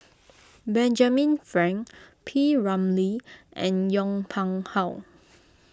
Benjamin Frank P Ramlee and Yong Pung How